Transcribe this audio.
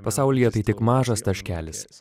pasaulyje tai tik mažas taškelis